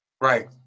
Right